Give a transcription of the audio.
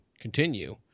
continue